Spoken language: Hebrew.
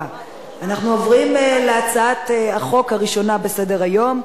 עוברים להצעת החוק הראשונה בסדר-היום,